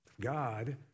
God